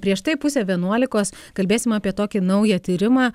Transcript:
prieš tai pusę vienuolikos kalbėsim apie tokį naują tyrimą